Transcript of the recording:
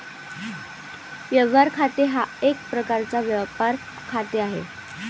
व्यवहार खाते हा एक प्रकारचा व्यापार खाते आहे